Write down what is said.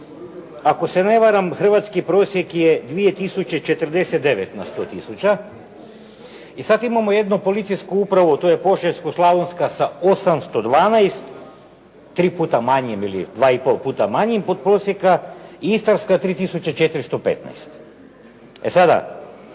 Ako se ne varam hrvatski prosjek je 2 tisuće 049 na 100 tisuća i sada imamo jedno policijsku upravu, a to je Požeško-slavonska sa 812, tri puta manjim ili dva i pol puta manjim ispod prosjeka i Istarska 3 tisuće 415. E sada,